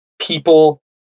people